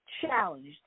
challenged